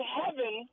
heaven –